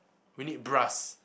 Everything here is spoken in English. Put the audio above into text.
we need brass